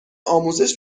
آموزش